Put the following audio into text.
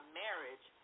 marriage